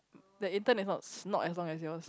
the intern is not not as long as yours